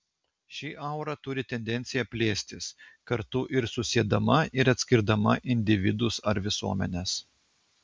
ši aura turi tendenciją plėstis kartu ir susiedama ir atskirdama individus ar visuomenes